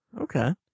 Okay